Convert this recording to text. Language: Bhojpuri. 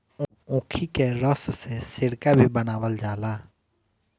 ऊखी के रस से सिरका भी बनावल जाला